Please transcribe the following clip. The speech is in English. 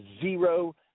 Zero